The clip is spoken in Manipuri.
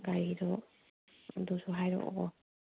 ꯒꯥꯔꯤꯗꯨ ꯑꯗꯨꯁꯨ ꯍꯥꯏꯔꯛꯑꯣ